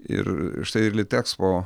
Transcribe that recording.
ir štai ir litexpo